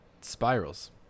spirals